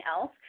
else